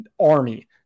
Army